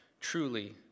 Truly